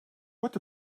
what